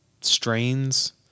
strains